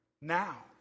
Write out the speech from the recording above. now